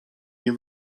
nie